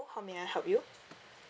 how may I help you